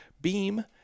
Beam